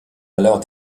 alors